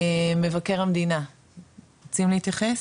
מטעם מבקר המדינה רוצים להתייחס?